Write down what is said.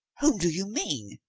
whom do you mean?